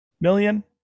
million